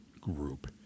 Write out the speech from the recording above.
group